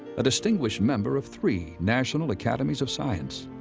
a distinguished member of three national academies of science,